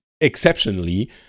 exceptionally